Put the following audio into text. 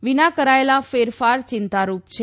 વિના કરાચેલા ફેરફાર ચિંતારૂપ છે